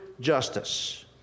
justice